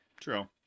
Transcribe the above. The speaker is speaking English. true